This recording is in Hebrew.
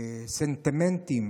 סנטימנטים